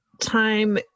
time